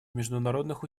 международных